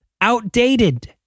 outdated